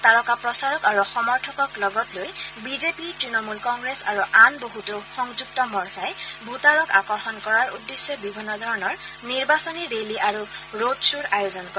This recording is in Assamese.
তাৰকা প্ৰচাৰক আৰু সমৰ্থকক লগত লৈ বিজেপি তণমূল কংগ্ৰেছ আৰু আন বছতো সংযুক্ত মৰ্চাই ভোটাৰক আকৰ্ষণ কৰাৰ উদ্দেশ্যে বিভিন্ন ধৰণৰ নিৰ্বাচনী ৰেলী আৰু ৰোড শ্বৰ আয়োজন কৰে